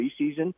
preseason